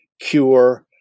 cure